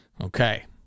Okay